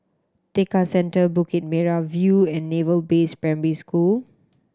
Tekka Centre Bukit Merah View and Naval Base Primary School